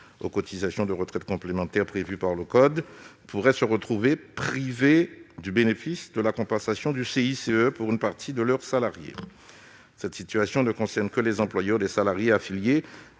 aux cotisations de retraite complémentaire prévue par le code en vigueur, pourraient se retrouver privés du bénéfice de la compensation du CICE pour une partie de leurs salariés. Cette situation ne concerne que les employeurs des salariés affiliés